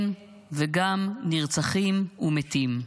כן, וגם נרצחים ומתים.